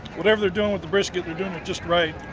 whatever they're doing with the brisket they're doing it just right.